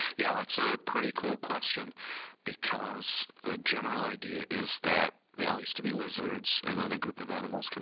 yeah, that's a pretty cool question because the general idea is that they all used to be lizards and then a group of animals, kind